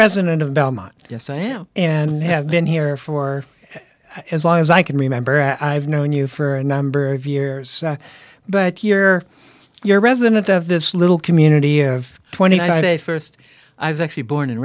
resident of belmont yes i know and have been here for as long as i can remember i've known you for a number of years but here you're a resident of this little community of twenty i say st i was actually born and